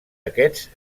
aquests